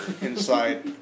inside